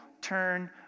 turn